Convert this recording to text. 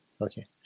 Okay